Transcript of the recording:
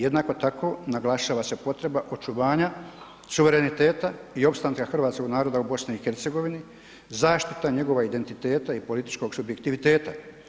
Jednako tako naglašava se potreba očuvanja suvereniteta i opstanka Hrvatskog naroda u Bosni i Hercegovini, zaštita njegova identiteta i političkog subjektiviteta.